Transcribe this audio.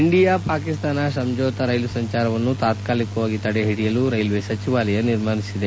India Pakistan Samjhauta rail ಸಂಚಾರವನ್ನು ತಾತ್ಕಾಲಿಕವಾಗಿ ತಡೆ ಹಿಡಿಯಲು ರೈಲ್ವೆ ಸಚಿವಾಲಯ ತಡೆ ತೀರ್ಮಾನಿಸಿದೆ